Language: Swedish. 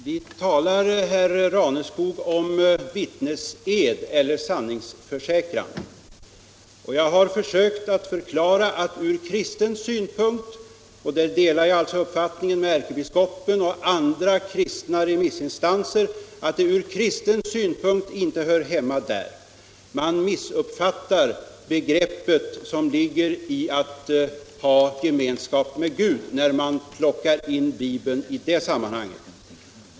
Herr talman! Vi talar om vittnesed eller sanningsförsäkran, herr Raneskog. Jag har försökt förklara att det kristna inslaget — där delar jag alltså uppfattning med ärkebiskopen och andra kristna remissinstanser —- inte hör hemma här. Man missuppfattar de begrepp som ligger i att ha gemenskap med Gud när man plockar in Bibeln i det sammanhanget.